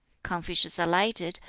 confucius alighted,